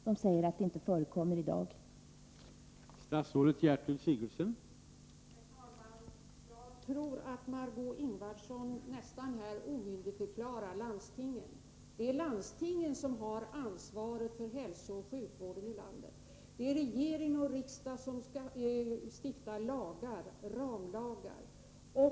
De säger att det inte förekommer någon kontroll i dag.